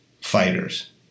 fighters